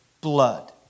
blood